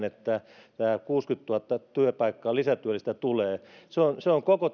että nämä kuusikymmentätuhatta työpaikkaa lisätyöllistä tulee se on se on koko